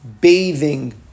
bathing